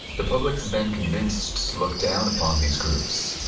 the public is then convinced to look down upon these groups,